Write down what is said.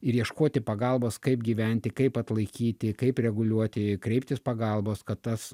ir ieškoti pagalbos kaip gyventi kaip atlaikyti kaip reguliuoti kreiptis pagalbos kad tas